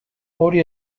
hori